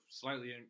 slightly